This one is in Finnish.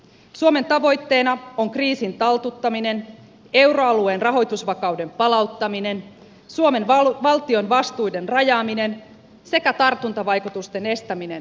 suomen tavoitteena on kriisin taltuttaminen euroalueen rahoitusvakauden palauttaminen suomen valtion vastuiden rajaaminen sekä tartuntavaikutusten estäminen suomen talouteen